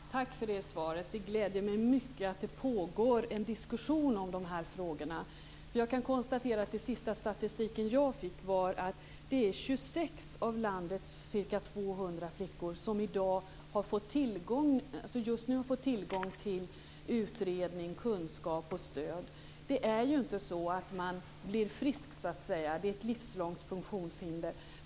Herr talman! Tack för det svaret. Det gläder mig mycket att det pågår en diskussion om de här frågorna. Jag kan konstatera att enligt den senaste statistik jag fått har 26 av landets ca 200 flickor med detta syndrom just nu tillgång till utredning, kunskap och stöd. Det är inte så att man blir frisk. Det är ett livslångt funktionshinder.